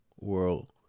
world